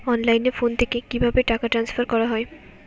অনলাইনে ফোন থেকে কিভাবে টাকা ট্রান্সফার করা হয়?